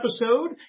episode